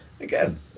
Again